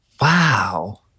Wow